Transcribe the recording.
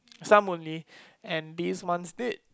some only and these ones did